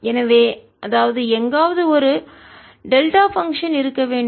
எனவே அதாவது எங்காவது ஒரு டெல்டா பங்க்ஷன் செயல்பாடு இருக்க வேண்டும்